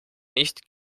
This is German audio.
nicht